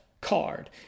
card